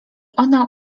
ona